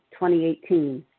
2018